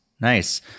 nice